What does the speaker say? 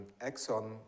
Exxon